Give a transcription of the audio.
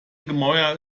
gemäuer